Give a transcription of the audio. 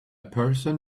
person